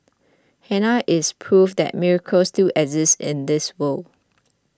Hannah is proof that miracles still exist in this world